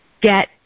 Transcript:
get